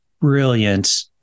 brilliant